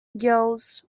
girls